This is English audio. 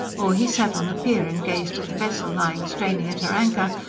or he sat on the pier and gazed at the vessel lying straining at her anchor,